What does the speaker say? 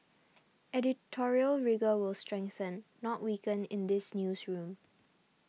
editorial rigour will strengthen not weaken in this newsroom